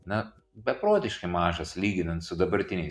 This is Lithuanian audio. na beprotiškai mažas lyginant su dabartiniais